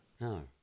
No